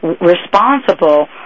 responsible